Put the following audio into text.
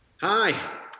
Hi